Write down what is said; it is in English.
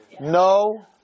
No